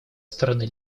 стороны